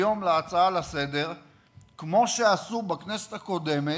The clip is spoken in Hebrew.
היום, להצעה לסדר-היום, כמו שעשו בכנסת הקודמת,